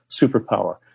superpower